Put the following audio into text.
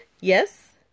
yes